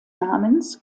namens